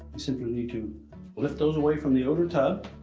you simply need to lift those away from the outer tab.